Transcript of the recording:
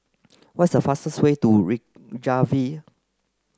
what's the fastest way to Reykjavik